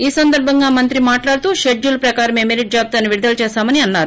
ఈ సందర్భంగా మంత్రి మాట్లాడుతూ షెడ్యూల్ ప్రకారమే మెరిట్ జాబితాను విడుదల చేశామని అన్నారు